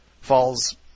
falls